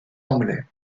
anglais